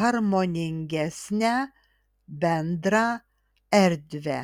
harmoningesnę bendrą erdvę